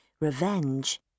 Revenge